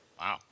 Wow